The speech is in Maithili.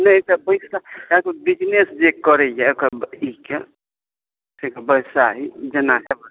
नहि तऽ बैसके कैगो बिजनेस जे करैए एकर अथीके जेना